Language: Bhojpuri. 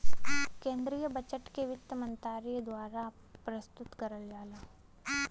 केन्द्रीय बजट के वित्त मन्त्री द्वारा प्रस्तुत करल जाला